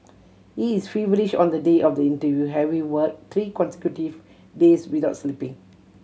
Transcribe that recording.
he is feverish on the day of the interview having work three consecutive days without sleeping